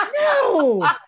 no